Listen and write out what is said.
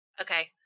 okay